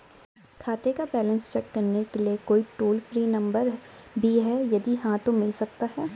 खाते का balance check करने के लिए कोई टॉल फ्री नम्बर भी है यदि हाँ तो मिल सकता है?